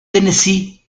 tennessee